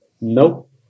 nope